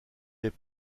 des